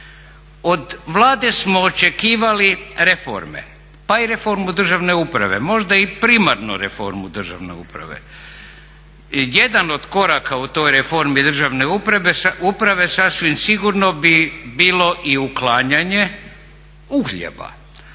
Od Vlade smo očekivali reforme pa i reformu državne uprave, možda i primarnu reformu državne uprave. Jedan od koraka u toj reformi državne uprave sasvim sigurno bi bilo i uklanjanje uhljeba